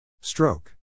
Stroke